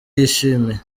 yishimiye